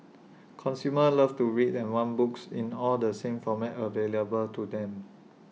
consumers loves to read and want books in all the same formats available to them